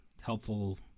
Helpful